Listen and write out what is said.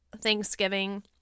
Thanksgiving